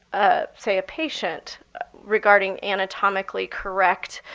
ah say, a patient regarding anatomically correct